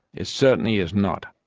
it certainly is not.